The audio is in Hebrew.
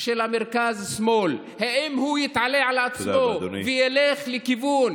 של המרכז-שמאל היא אם הוא יתעלה על עצמו וילך לכיוון